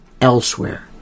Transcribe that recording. elsewhere